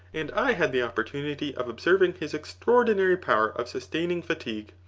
and i had the opportunity of observing his extraordinary power of sustaining fatigue.